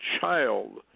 child